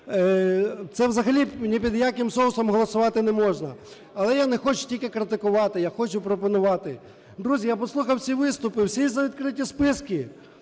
Це взагалі не під яким соусом голосувати не можна. Але я не хочу тільки критикувати, я хочу пропонувати. Друзі, я послухав всі виступи: всі за відкриті списки.